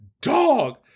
Dog